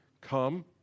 come